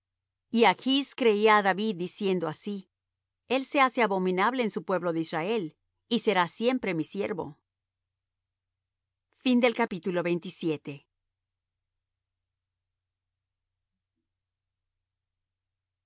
y achs creía á david diciendo así el se hace abominable en su pueblo de israel y será siempre mi siervo y